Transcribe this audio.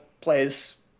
plays